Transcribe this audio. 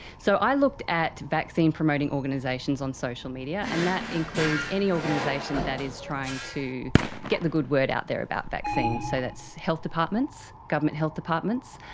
so i looked at vaccine promoting organisations on social media, and that includes any organisation that is trying to get the good word out there about vaccines, so that's health departments, government health departments,